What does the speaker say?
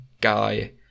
guy